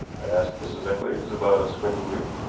i asked mrs. eccles about a squinting youth.